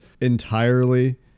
entirely